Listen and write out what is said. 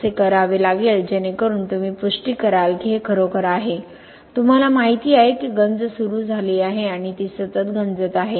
असे करावे लागेल जेणेकरुन तुम्ही पुष्टी कराल की हे खरोखर आहे तुम्हाला माहिती आहे की गंज सुरू झाली आहे आणि ती सतत गंजत आहे